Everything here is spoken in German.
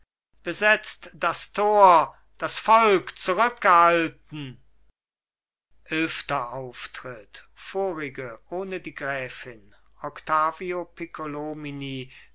besetzt das tor das volk zurückgehalten eilfter auftritt vorige ohne die gräfin octavio